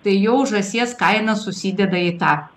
tai jau žąsies kaina susideda į tą